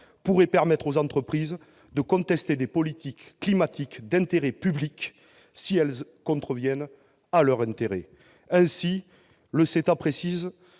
pourrait permettre aux entreprises de contester des politiques climatiques d'intérêt public si elles contreviennent à leurs intérêts. Ainsi, le CETA précise